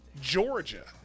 Georgia